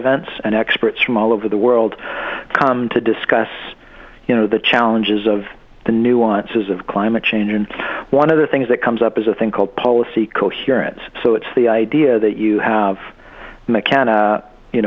events and experts from all over the world come to discuss you know the challenges of the nuances of climate change and one of the things that comes up is a thing called policy coherence so it's the idea that you have